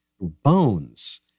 bones